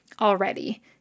already